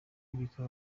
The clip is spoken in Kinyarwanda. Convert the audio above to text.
bikaba